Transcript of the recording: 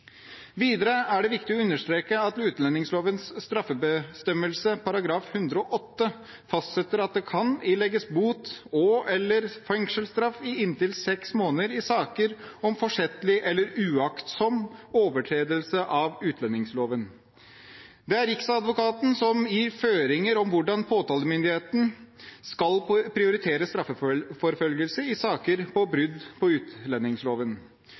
Videre er det viktig å understreke at utlendingslovens straffebestemmelse § 108 fastsetter at det kan ilegges bot og/eller fengselsstraff i inntil seks måneder i saker om forsettlig eller uaktsom overtredelse av utlendingsloven. Det er Riksadvokaten som gir føringer om hvordan påtalemyndigheten skal prioritere straffeforfølgelse i saker om brudd på utlendingsloven.